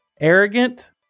Arrogant